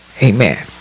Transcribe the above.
Amen